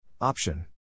Option